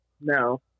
No